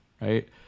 right